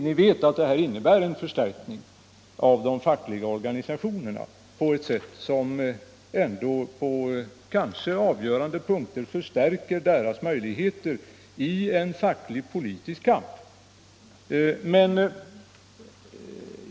Ni vet att det som föreslagits innebär en förstärkning av de fackliga organisationerna på ett sätt som kanske på avgörande punkter förstärker deras möjligheter i en facklig-politisk kamp.